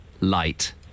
Light